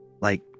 Like